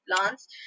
plants